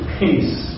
peace